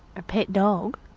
a pet dog?